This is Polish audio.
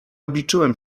obliczyłem